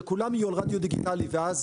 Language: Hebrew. שכולם יהיו רדיו דיגיטלי ואז,